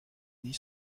nid